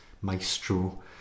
maestro